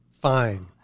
Fine